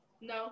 No